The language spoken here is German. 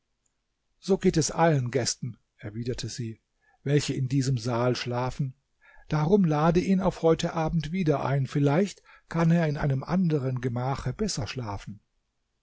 so geht es allen gästen erwiderte sie welche in diesem saal schlafen darum lade ihn auf heute abend wieder ein vielleicht kann er in einem anderen gemache besser schlafen